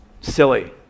silly